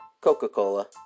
Coca-Cola